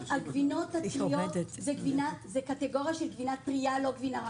הגבינות הטריות זו קטגוריה של גבינה טרייה ולא גבינה רכה.